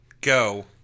go